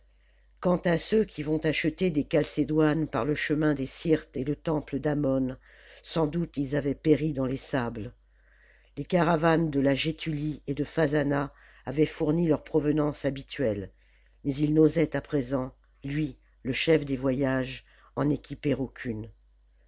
quant à ceux qui vont acheter des calcédoines par le chemin des sjrtes et le temple d'ammon sans doute ils avaient péri dans les sables les caravanes de la gétulie et de phazzana avaient fourni leurs provenances habituelles mais il n'osait à présent lui le chef des voyages en équiper